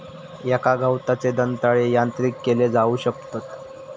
एका गवताचे दंताळे यांत्रिक केले जाऊ शकतत